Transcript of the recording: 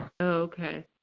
Okay